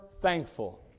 thankful